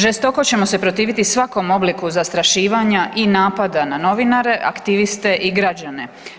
Žestoko ćemo se protiviti svakom obliku zastrašivanja i napada na novinare, aktiviste i građane.